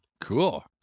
Cool